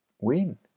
win